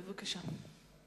בבקשה.